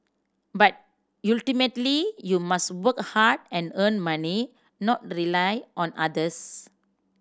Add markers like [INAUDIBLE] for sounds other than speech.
but [UNINTELLIGIBLE] you must work hard and earn money not rely on others